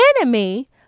enemy